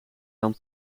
dan